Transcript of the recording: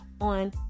on